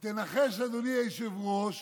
ותנחש, אדוני היושב-ראש,